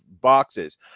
boxes